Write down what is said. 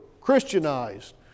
Christianized